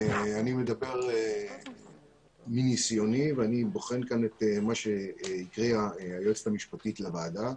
אני מדבר מניסיוני ואני בוחן את מה שהקריאה היועצת המשפטית לוועדה.